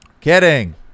Kidding